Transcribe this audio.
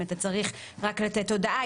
אם אתה צריך רק לתת הודעה.